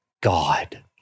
God